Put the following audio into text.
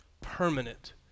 Permanent